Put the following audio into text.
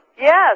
Yes